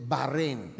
Bahrain